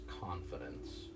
confidence